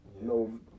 no